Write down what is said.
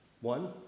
One